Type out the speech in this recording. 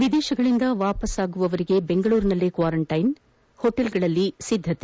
ವಿದೇಶಗಳಿಂದ ವಾಪಸ್ಸಾಗುವವರಿಗೆ ಬೆಂಗಳೂರಿನಲ್ಲೇ ಕ್ವಾರಂಟೈನ್ ಹೊಟೇಲ್ಗಳಲ್ಲಿ ಸಿದ್ದತೆ